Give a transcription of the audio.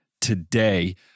today